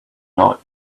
not